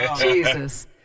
Jesus